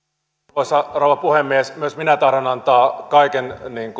arvoisa rouva puhemies myös minä tahdon antaa kaiken